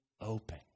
open